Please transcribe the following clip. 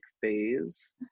phase